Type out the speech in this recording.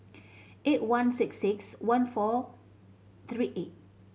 eight one six six one four three eight